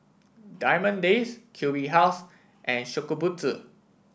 Diamond Days Q B House and Shokubutsu